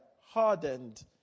hardened